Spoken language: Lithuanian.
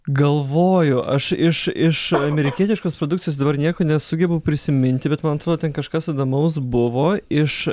galvoju aš iš iš amerikietiškos produkcijos dabar nieko nesugebu prisiminti bet man atrodo ten kažkas įdomaus buvo iš